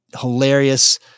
hilarious